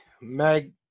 Meg